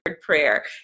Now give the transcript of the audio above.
prayer